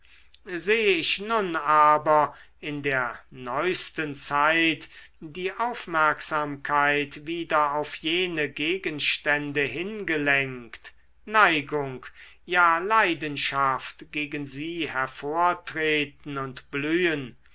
sehe ich nun aber in der neusten zeit die aufmerksamkeit wieder auf jene gegenstände hingelenkt neigung ja leidenschaft gegen sie hervortreten und blühen